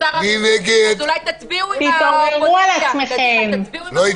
הצבעה הרוויזיה לא אושרה.